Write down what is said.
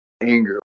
Anger